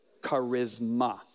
Charisma